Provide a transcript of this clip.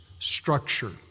structure